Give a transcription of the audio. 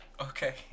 Okay